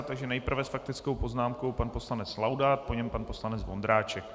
Takže nejprve s faktickou poznámkou pan poslanec Laudát, po něm pan poslanec Vondráček.